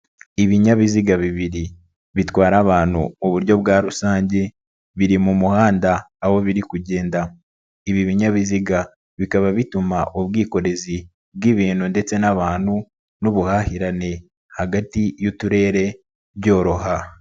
Ibinyabiziga bibiri bitwara abantu mu buryo bwa rusange biri mu muhanda, aho biri kugenda ibi binyabiziga bikaba bituma ubwikorezi bw'ibintu ndetse n'abantu n'ubuhahirane hagati y'Uturere byoroha.